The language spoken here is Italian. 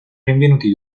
rinvenuti